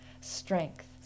strength